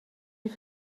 die